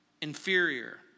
inferior